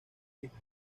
hijos